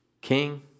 king